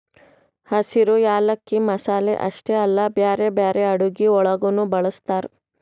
ಹಸಿರು ಯಾಲಕ್ಕಿ ಮಸಾಲೆ ಅಷ್ಟೆ ಅಲ್ಲಾ ಬ್ಯಾರೆ ಬ್ಯಾರೆ ಅಡುಗಿ ಒಳಗನು ಬಳ್ಸತಾರ್